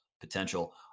potential